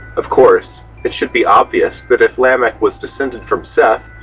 of course, it should be obvious that if lamech was descended from seth,